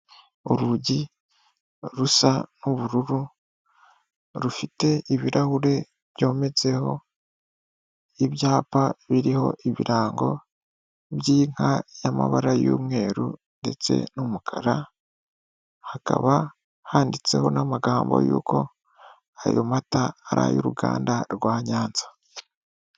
Urugi rusa n'ubururu rufite ibirahuri byometseho ibyapa biriho ibirango by'inka y'amabara y'umweru ndetse n'umukara hakaba handitseho n'amagambo yuko ayo mata ari ay'uruganda rwa nyanza.